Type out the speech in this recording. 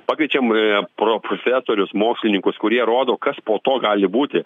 pakviečiam profesorius mokslininkus kurie rodo kas po to gali būti